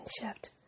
shift